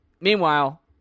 Meanwhile